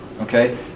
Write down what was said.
okay